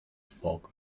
fog